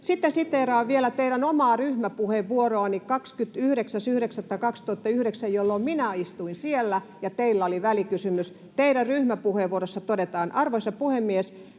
Sitten siteeraan vielä teidän omaa ryhmäpuheenvuoroanne 29.9.2009, jolloin minä istuin siellä ja teillä oli välikysymys. Teidän ryhmäpuheenvuorossanne todetaan: ”Arvoisa puhemies!